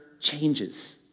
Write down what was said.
changes